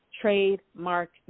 trademark